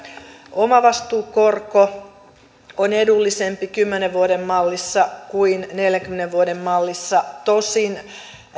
omavastuukorko on edullisempi kymmenen vuoden mallissa kuin neljänkymmenen vuoden mallissa tosin